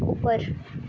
ଉପର